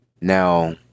Now